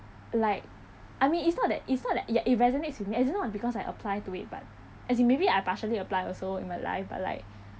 like I mean it's not that it's not that ya it resonates with me it's not because I apply to it but as in maybe I partially apply also in my life but like